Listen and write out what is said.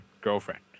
girlfriend